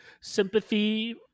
sympathy